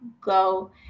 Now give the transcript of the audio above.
go